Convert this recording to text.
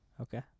Okay